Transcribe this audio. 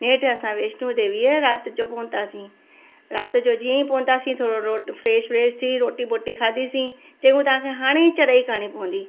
हेठि असां वैष्णो देवीअ राति जो पहुंतासीं राति जो जीअं ई पहुंतासीं थोरो रोट फ्रेश ब्रेश थी रोटी ॿोटी खाधीसीं चयूं तव्हांखे हाणे ई चढ़ाई करिणी पवंदी